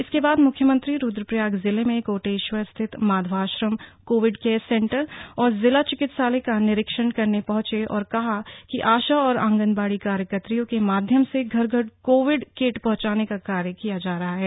इसके बाद मुख्यमंत्री रुद्रप्रयाग जिले में कोटेश्वर स्थित माधवाश्रम कोविड केयर सेंटर और जिला चिकित्सालय का निरीक्षण करने पहुंचे और कहा कि आशा और आंगनबाड़ी कार्यकत्रियों के माध्यम से घर घर कोविड किट पहुंचाने का कार्य किया जा रहा है